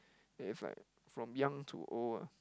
there's like from young to old ah